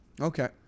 Okay